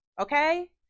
Okay